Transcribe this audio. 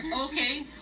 okay